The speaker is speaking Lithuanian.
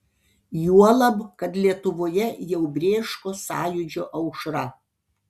juolab kad lietuvoje jau brėško sąjūdžio aušra